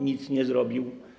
nic nie zrobił.